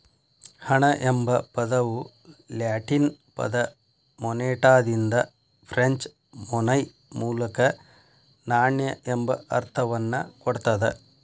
ಹಣ ಎಂಬ ಪದವು ಲ್ಯಾಟಿನ್ ಪದ ಮೊನೆಟಾದಿಂದ ಫ್ರೆಂಚ್ ಮೊನೈ ಮೂಲಕ ನಾಣ್ಯ ಎಂಬ ಅರ್ಥವನ್ನ ಕೊಡ್ತದ